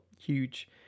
huge